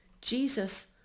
Jesus